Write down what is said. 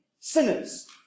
sinners